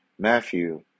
Matthew